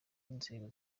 inzego